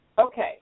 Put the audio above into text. Okay